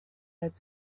had